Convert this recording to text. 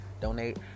donate